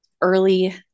early